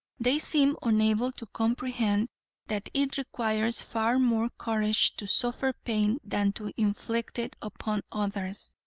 they seem unable to comprehend that it requires far more courage to suffer pain than to inflict it upon others.